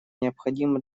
необходимо